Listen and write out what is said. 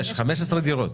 יש, 15 דירות.